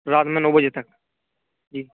رات میں نو بجے تک جی